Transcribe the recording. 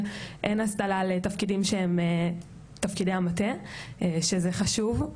אין הסדרה לתפקידים שהם תפקידי המטה שזה חשוב.